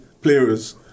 players